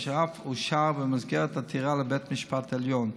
אשר אף אושר במסגרת עתירה לבית המשפט העליון.